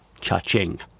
cha-ching